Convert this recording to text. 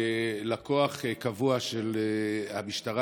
כלקוח קבוע של המשטרה,